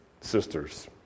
sister's